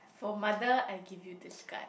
for mother I give you this card